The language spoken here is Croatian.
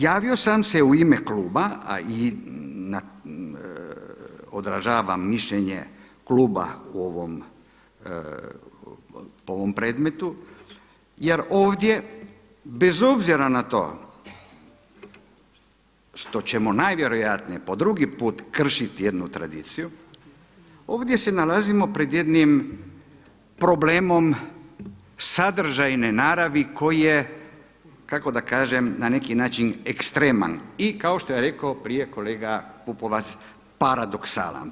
Javio sam se u ime kluba, a i odražavam mišljenje kluba po ovom predmetu, jer bez obzira na to što ćemo najvjerojatnije po drugi put kršiti jednu tradiciju, ovdje se nalazimo pred jednim problemom sadržajne naravi koji je, kako da kažem, na neki način ekstreman i kao što je rekao prije kolega Pupovac, paradoksalan.